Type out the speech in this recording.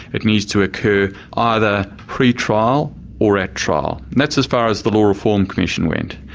it needs to occur either pre-trial or at trial. and that's as far as the law reform commission went.